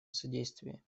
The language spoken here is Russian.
содействие